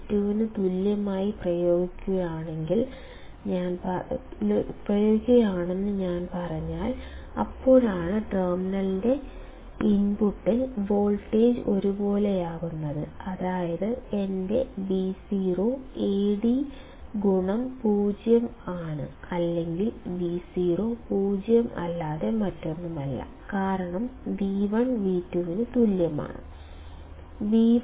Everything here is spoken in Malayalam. V1V2 പ്രയോഗിക്കുന്നുവെന്ന് ഞാൻ പറഞ്ഞാൽ അപ്പോഴാണ് ടെർമിനലിന്റെ ഇൻപുട്ടിൽ വോൾട്ടേജ് ഒരുപോലെയാകുന്നത് അതായത് എന്റെ Vo Ad0 ആണ് അല്ലെങ്കിൽ Vo 0 അല്ലാതെ മറ്റൊന്നുമല്ല കാരണം V1V2 ശരിയാണോ